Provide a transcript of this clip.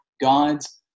God's